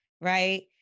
right